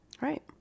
Right